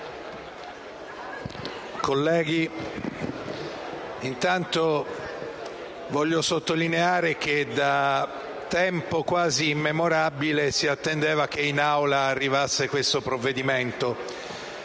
Presidente, intanto voglio sottolineare che da tempo quasi immemorabile si attendeva che in Aula arrivasse questo provvedimento